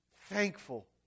thankful